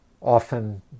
often